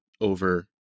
over